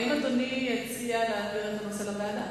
האם אדוני הציע להעביר את הנושא לוועדה?